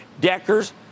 Deckers